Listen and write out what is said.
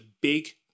big